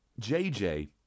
jj